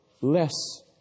less